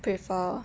prefer